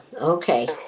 okay